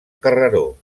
carreró